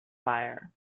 fire